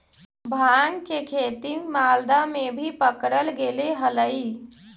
भाँग के खेती मालदा में भी पकडल गेले हलई